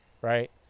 right